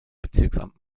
bezirksamt